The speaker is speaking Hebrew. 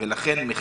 ולכן,